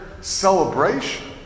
celebration